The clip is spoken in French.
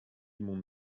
mon